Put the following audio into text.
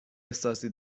احساسی